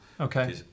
Okay